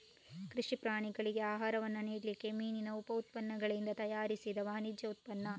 ಕೃಷಿ ಪ್ರಾಣಿಗಳಿಗೆ ಆಹಾರವನ್ನ ನೀಡ್ಲಿಕ್ಕೆ ಮೀನಿನ ಉಪ ಉತ್ಪನ್ನಗಳಿಂದ ತಯಾರಿಸಿದ ವಾಣಿಜ್ಯ ಉತ್ಪನ್ನ